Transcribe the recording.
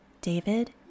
David